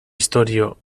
istorio